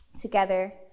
together